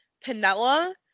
Pinella